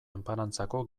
enparantzako